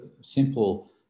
simple